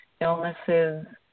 illnesses